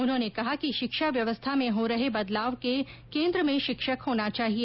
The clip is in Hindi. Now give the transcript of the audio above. उन्होंने कहा कि शिक्षा व्यवस्था में हो रहे बदलाव के केन्द्र में शिक्षक होना चाहिए